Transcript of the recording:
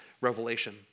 revelation